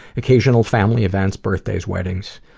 occasional family events-birthday, weddings,